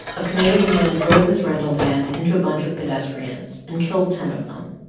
a canadian man drove his rental van into a bunch of pedestrians and killed ten of them,